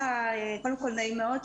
קודם כל נעים מאוד,